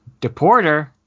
Deporter